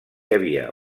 havia